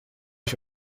ich